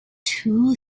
two